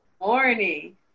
morning